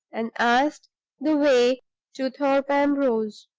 and asked the way to thorpe ambrose.